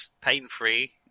pain-free